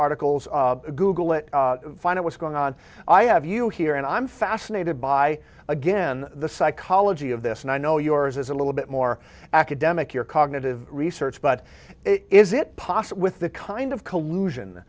articles google it find out what's going on i have you here and i'm fascinated by again the psychology of this and i know yours is a little bit more academic your cognitive research but it is it possible with the kind of collusion